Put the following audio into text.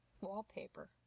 wallpaper